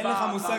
תודה.